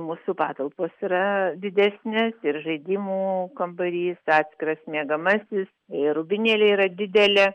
mūsų patalpos yra didesnės ir žaidimų kambarys atskiras miegamasis ir rūbinėlė yra didelė